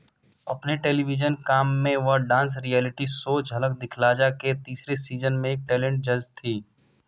अपने टेलीविजन काम में व dance reality show Jhalak Dikhla Jaa के तीसरे सीजन में एक टैलेंट जज थी